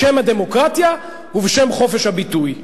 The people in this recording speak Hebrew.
בשם הדמוקרטיה ובשם חופש הביטוי.